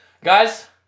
Guys